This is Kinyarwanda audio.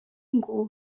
ngo